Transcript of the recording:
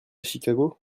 chicago